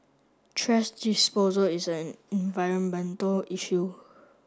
trash disposal is an environmental issue